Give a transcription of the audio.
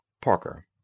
Parker